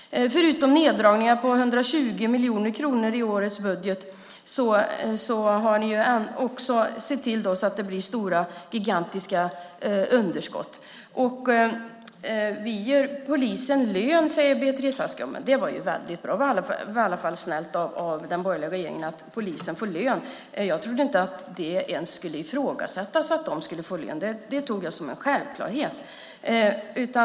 Förutom neddragningar på 120 miljoner kronor i årets budget har ni också sett till att det blir gigantiska underskott. Vi ger polisen lön, säger Beatrice Ask. Det var väldigt bra! Det var i alla fall snällt av den borgerliga regeringen att polisen får lön. Jag trodde inte att det ens skulle ifrågasättas att de skulle få lön. Det tog jag som en självklarhet.